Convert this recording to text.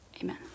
Amen